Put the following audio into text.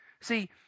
See